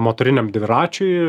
motoriniam dviračiui